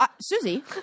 Susie